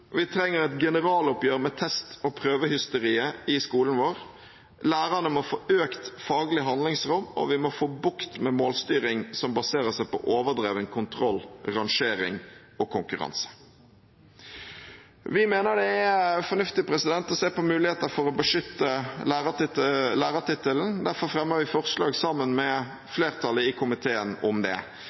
vår. Lærerne må få økt faglig handlingsrom, og vi må få bukt med målstyring som baserer seg på overdreven kontroll, rangering og konkurranse. Vi mener det er fornuftig å se på muligheter til å beskytte lærertittelen. Derfor fremmer vi forslag sammen med flertallet i komiteen om det.